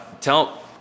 tell